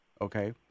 okay